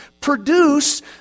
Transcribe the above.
produce